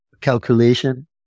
calculation